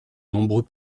nombreux